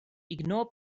ignore